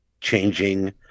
changing